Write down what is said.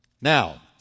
Now